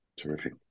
Terrific